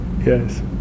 Yes